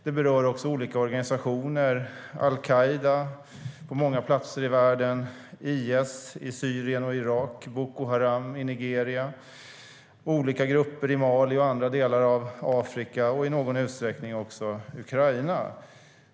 Det berör också olika organisationer: al-Qaida på många platser i världen, IS i Syrien och Irak, Boko Haram i Nigeria, olika grupper i Mali och andra delar av Afrika och i någon utsträckning också grupper i Ukraina.